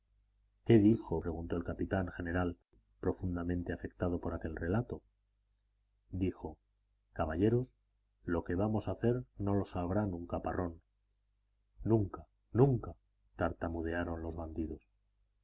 qué dijo preguntó el capitán general profundamente afectado por aquel relato dijo caballeros lo que vamos a hacer no lo sabrá nunca parrón nunca nunca tartamudearon los bandidos